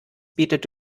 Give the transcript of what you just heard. bietet